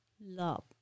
love